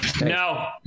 No